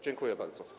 Dziękuję bardzo.